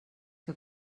que